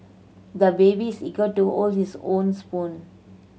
the baby's eager to hold his own spoon